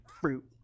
fruit